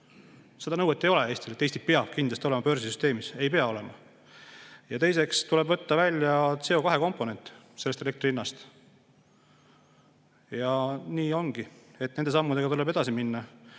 Seda nõuet Eestil ei ole, et Eesti peab kindlasti olema börsisüsteemis. Ei pea olema. Teiseks tuleb võtta välja CO2‑komponent elektri hinnast. Nii ongi. Nende sammudega tuleb edasi minna